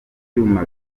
byuma